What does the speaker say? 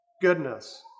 goodness